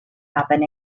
happen